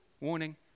warning